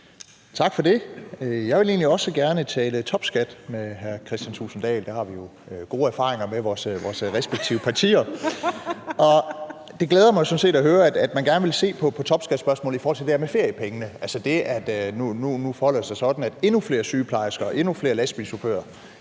Tak for det. Jeg vil egentlig også gerne tale topskat med hr. Kristian Thulesen Dahl. Det har vores respektive partier jo gode erfaringer med. Det glæder mig sådan set at høre, at man gerne vil se på topskattespørgsmålet i forhold til det her med feriepengene – altså det, at det nu forholder sig sådan, at endnu flere sygeplejersker, endnu flere lastbilchauffører,